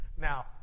Now